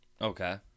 Okay